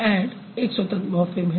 add एक स्वतंत्र morpheme है